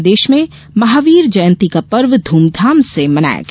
प्रदेश में महावीर जयंती का पर्व ध्मधाम से मनाया गया